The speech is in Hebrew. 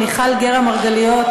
מיכל גרא מרגליות,